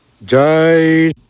Jai